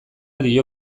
dio